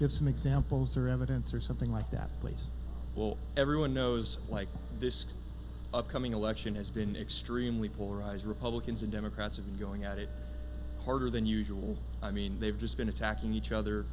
give some examples or evidence or something like that please will everyone knows like this upcoming election has been extremely polarized republicans and democrats have been going at it harder than usual i mean they've just been attacking each other